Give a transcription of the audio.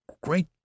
great